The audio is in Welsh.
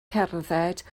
cerdded